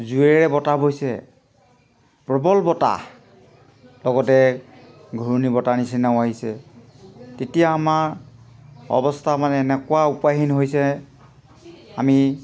জুৰেৰে বতাহ বৈছে প্ৰবল বতাহ লগতে ঘূৰ্ণীবতাহ নিচিনা আহিছে তেতিয়া আমাৰ অৱস্থা মানে এনেকুৱা উপায়হীন হৈছে আমি